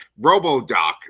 RoboDoc